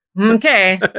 Okay